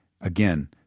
again